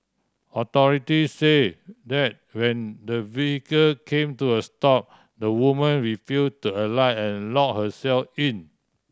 authority say that when the vehicle came to a stop the woman refuse to alight and lock herself in